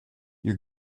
your